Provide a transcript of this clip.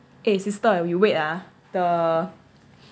eh sister you wait ah the